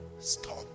stop